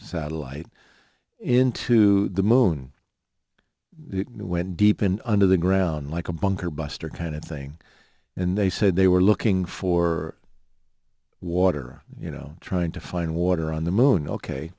satellite into the moon and went deep in under the ground like a bunker buster kind of thing and they said they were looking for water you know trying to find water on the moon ok